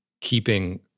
keeping